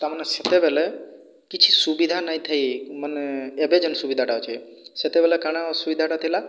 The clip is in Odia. ତା ମାନେ ସେତେବେଲେ କିଛି ସୁବିଧା ନାଇଁ ଥାଇ ମାନେ ଏବେ ଯେନ୍ ସୁବିଧାଟା ଅଛେ ସେତେବେଲେ କାଣା ଅସୁବିଧାଟା ଥିଲା